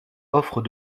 offrent